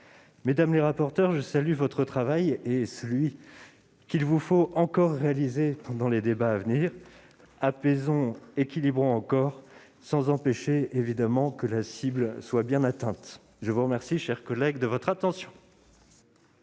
Mesdames les rapporteures, je salue votre travail et celui qu'il vous faudra encore réaliser dans les débats à venir. Apaisons, équilibrons encore, sans empêcher évidemment que la cible soit bien atteinte. Très bien ! La parole est à M.